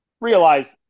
realize